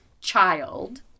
child